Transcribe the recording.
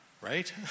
right